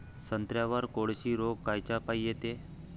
संत्र्यावर कोळशी रोग कायच्यापाई येते?